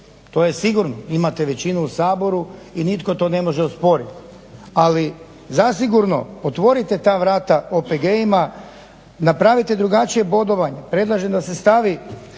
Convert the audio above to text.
to je sigurno. Imate većinu u Saboru i nitko to ne može osporiti. Ali zasigurno otvorite ta vrata OPG-ima, napravite drugačije bodovanje. Predlažem da se stavi